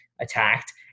attacked